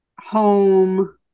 home